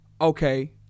okay